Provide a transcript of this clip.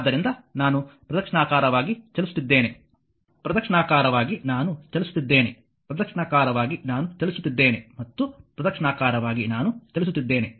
ಆದ್ದರಿಂದ ನಾನು ಪ್ರದಕ್ಷಿಣಾಕಾರವಾಗಿ ಚಲಿಸುತ್ತಿದ್ದೇನೆ ಪ್ರದಕ್ಷಿಣಾಕಾರವಾಗಿ ನಾನು ಚಲಿಸುತ್ತಿದ್ದೇನೆ ಪ್ರದಕ್ಷಿಣಾಕಾರವಾಗಿ ನಾನು ಚಲಿಸುತ್ತಿದ್ದೇನೆ ಮತ್ತು ಪ್ರದಕ್ಷಿಣಾಕಾರವಾಗಿ ನಾನು ಚಲಿಸುತ್ತಿದ್ದೇನೆ